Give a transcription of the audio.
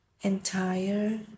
entire